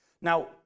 Now